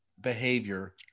behavior